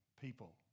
people